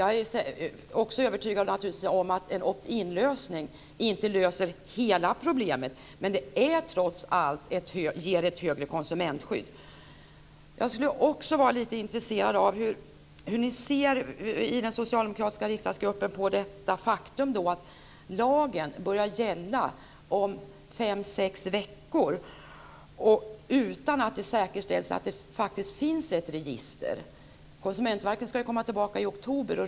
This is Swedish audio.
Jag är övertygad om att en opt-inlösning inte löser hela problemet, men den ger ett högre konsumentskydd. Jag skulle vara intresserad av att veta hur ni i den socialdemokratiska riksdagsgruppen ser på detta faktum att lagen träder i kraft om fem sex veckor utan att det kommer att säkerställas att det faktiskt finns ett register. Konsumentverket ska redovisa i oktober.